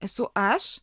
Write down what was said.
esu aš